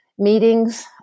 meetings